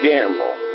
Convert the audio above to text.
Gamble